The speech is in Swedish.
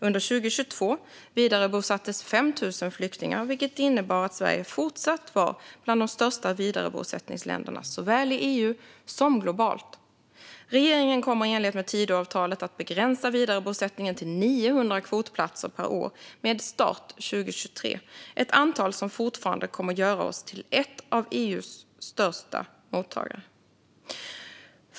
Under 2022 vidarebosattes 5 000 flyktingar, vilket innebar att Sverige fortsatt var bland de största vidarebosättningsländerna såväl i EU som globalt. Regeringen kommer i enlighet med Tidöavtalet att begränsa vidarebosättningen till 900 kvotplatser per år med start 2023, ett antal som fortfarande kommer att göra oss till en av EU:s största mottagare.